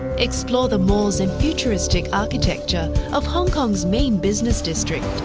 explore the malls and futuristic architecture of hong kong's main business district,